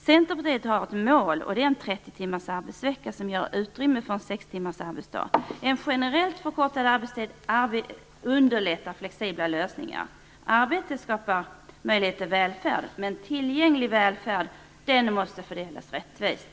Centerpartiet har ett mål: 30 timmars arbetsvecka som ger utrymme för sex timmars arbetsdag. En generellt förkortad arbetstid underlättar flexibla lösningar. Arbete skapar möjlighet till välfärd, men tillgänglig välfärd måste fördelas rättvist.